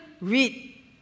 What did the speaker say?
read